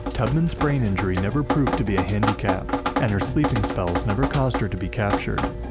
tubman's brain injury never proved to be a handicap, and her sleeping spells never caused her to be captured.